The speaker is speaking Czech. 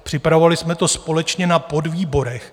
Připravovali jsme to společně na podvýborech.